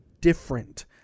different